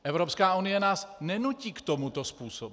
Evropská unie nás nenutí k tomuto způsobu.